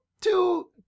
two